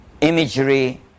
imagery